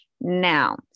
Now